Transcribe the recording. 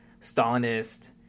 Stalinist